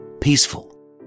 peaceful